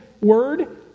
word